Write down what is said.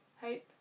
hope